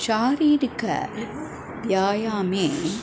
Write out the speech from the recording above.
शारीरिकव्यायामे